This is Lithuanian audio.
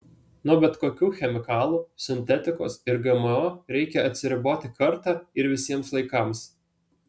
nuo bet kokių chemikalų sintetikos ir gmo reikia atsiriboti kartą ir visiems laikams